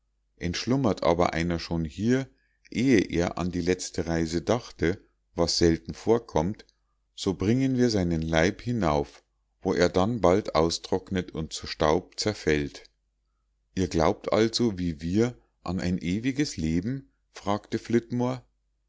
entschlummert aber einer schon hier ehe er an die letzte reise dachte was sehr selten vorkommt so bringen wir seinen leib hinauf wo er dann bald austrocknet und zu staub zerfällt ihr glaubt also wie wir an ein ewiges leben fragte